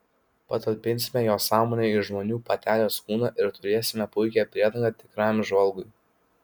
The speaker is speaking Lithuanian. patalpinsime jos sąmonę į žmonių patelės kūną ir turėsime puikią priedangą tikrajam žvalgui